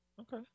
Okay